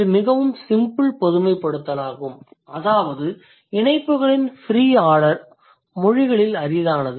இது மிகவும் சிம்பிள் பொதுமைப்படுத்தல் ஆகும் அதாவது இணைப்புகளின் ஃப்ரீ ஆர்டர் மொழிகளில் அரிதானது